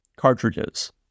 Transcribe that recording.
Cartridges